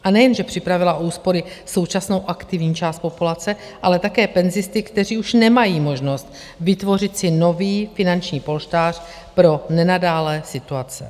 A nejenže připravila o úspory současnou aktivní část populace, ale také penzisty, kteří už nemají možnost vytvořit si nový finanční polštář pro nenadálé situace.